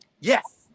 Yes